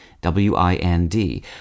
W-I-N-D